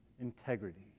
integrity